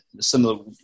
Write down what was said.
similar